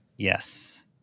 Yes